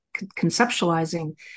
conceptualizing